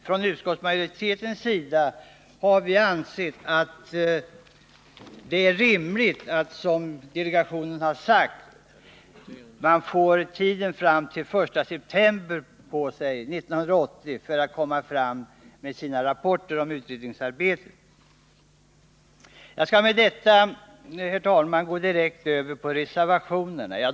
Inom utskottsmajoriteten har man ansett att det är rimligt att man, som delegationen har sagt, får tid på sig fram till den 1 september 1980 för att redovisa sina rapporter om utredningsarbetet. Jag skall efter detta, herr talman, gå direkt över till reservationerna.